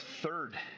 third